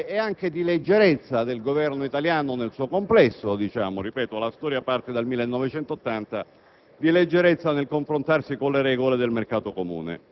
per cinque anni ha governato il centro-destra; l'Italia non ha mantenuto gli impegni e la decisione della Corte a quel punto si faceva probabilmente scontata.